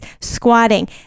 squatting